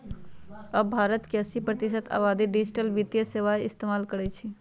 अब भारत के अस्सी प्रतिशत आबादी डिजिटल वित्तीय सेवाएं इस्तेमाल करई छई